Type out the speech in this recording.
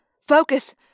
Focus